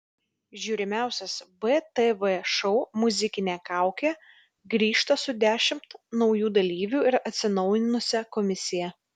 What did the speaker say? žiūrimiausias btv šou muzikinė kaukė grįžta su dešimt naujų dalyvių ir atsinaujinusia komisija